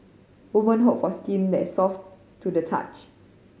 woman hope for skin that is soft to the touch